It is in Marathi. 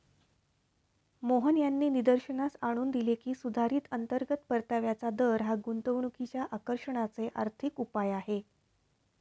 मोहन यांनी निदर्शनास आणून दिले की, सुधारित अंतर्गत परताव्याचा दर हा गुंतवणुकीच्या आकर्षणाचे आर्थिक उपाय आहे